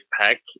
pack